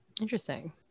interesting